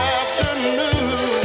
afternoon